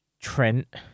Trent